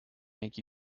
make